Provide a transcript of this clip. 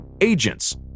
agents